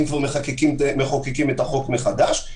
אם כבר מחוקקים את החוק מחדש.